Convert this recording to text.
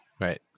Right